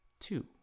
two